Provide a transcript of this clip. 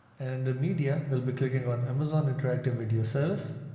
and the media we'll be clicking on, amazon interactive video service.